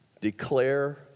declare